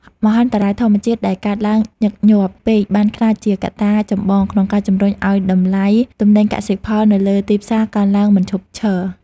មហន្តរាយធម្មជាតិដែលកើតឡើងញឹកញាប់ពេកបានក្លាយជាកត្តាចម្បងក្នុងការជម្រុញឱ្យតម្លៃទំនិញកសិផលនៅលើ ទីផ្សារកើនឡើងមិនឈប់ឈរ។